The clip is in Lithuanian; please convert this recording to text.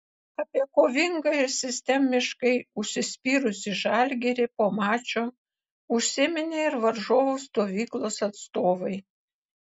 apie kovingą ir sistemiškai užsispyrusį žalgirį po mačo užsiminė ir varžovų stovyklos atstovai